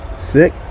sick